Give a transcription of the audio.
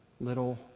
little